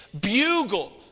Bugle